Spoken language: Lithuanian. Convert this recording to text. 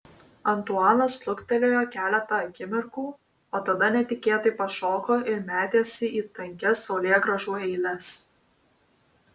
antuanas luktelėjo keletą akimirkų o tada netikėtai pašoko ir metėsi į tankias saulėgrąžų eiles